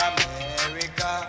America